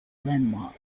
landmark